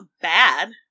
bad